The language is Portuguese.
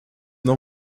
não